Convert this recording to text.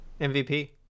MVP